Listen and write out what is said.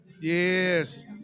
Yes